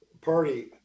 party